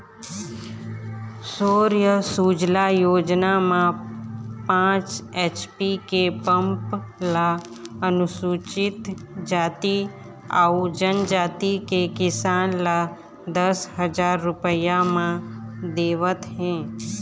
सौर सूजला योजना म पाँच एच.पी के पंप ल अनुसूचित जाति अउ जनजाति के किसान ल दस हजार रूपिया म देवत हे